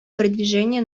продвижения